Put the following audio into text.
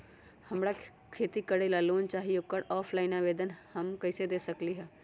हमरा खेती करेला लोन चाहि ओकर ऑफलाइन आवेदन हम कईसे दे सकलि ह?